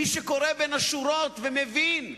מי שקורא בין השורות ומבין,